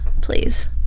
please